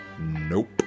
nope